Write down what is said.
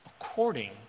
according